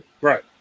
Right